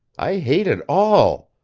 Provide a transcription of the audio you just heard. i hate it all.